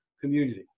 community